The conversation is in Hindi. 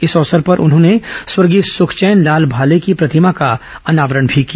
इस अवसर पर उन्होंने स्वर्गीय सुखचैन लाल भाले की प्रतिमा का अनावरण भी किया